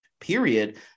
period